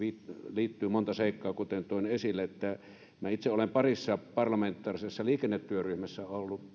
liittyy monta seikkaa kuten toin esille minä itse olen ollut parissa parlamentaarisessa liikennetyöryhmässä